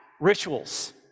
rituals